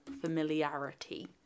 familiarity